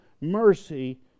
mercy